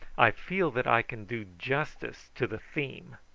i feel that i can do justice to the theme,